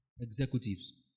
executives